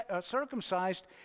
circumcised